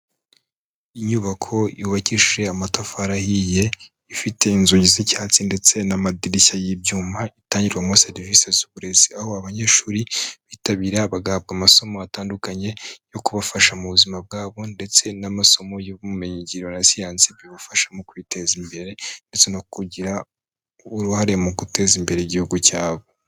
Inyubako yubakishije amatafari ahiye, ifite inzugi z'icyatsi ndetse n'amadirishya y'ibyuma itangirwamo serivisi z'uburezi, aho abanyeshuri bitabira bagahabwa amasomo atandukanye yo kubafasha mu buzima bwabo ndetse n'amasomo y'ubumenyingiro na siyansi bibafasha mu kwiteza imbere, ndetse no kugira uruhare mu guteza imbere igihugu cyabo.